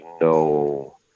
no